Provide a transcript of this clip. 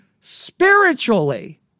spiritually